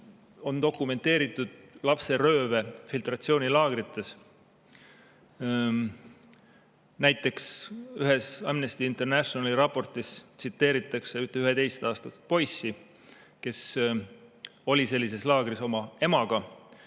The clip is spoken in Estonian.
On dokumenteeritud lapserööve filtratsioonilaagrites. Näiteks ühes Amnesty Internationali raportis tsiteeritakse 11-aastast poissi, kes oli sellises laagris oma emaga.